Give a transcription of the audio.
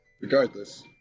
regardless